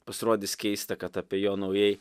pasirodys keista kad apie jo naujai